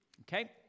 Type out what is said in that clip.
Okay